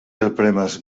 alpremas